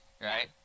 Right